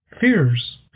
fears